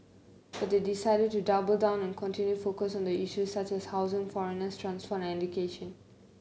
but they decided to double down and continue focus on the issues such as housing foreigners transport and education